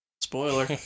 Spoiler